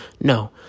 No